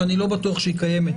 שאני לא בטוח שהיא קיימת,